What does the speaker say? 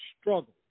struggle